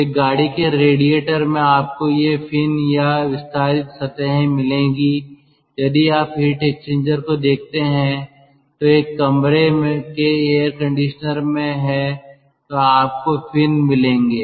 तो एक गाड़ी के रेडिएटर में आपको ये फिन या विस्तारित सतहें मिलेंगी यदि आप हीट एक्सचेंजर को देखते हैं जो एक कमरे के एयर कंडीशनर में है तो आपको फिन मिलेंगे